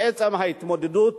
בעצם ההתמודדות